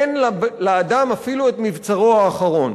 אין לאדם אפילו את מבצרו האחרון.